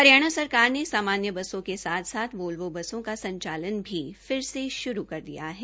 हरियाणा सरकार ने सामान्य बसों के साथ साथ वोल्वो बसों का संचालन भी फिर से शुरू कर दिया है